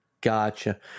gotcha